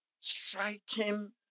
Striking